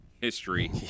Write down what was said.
history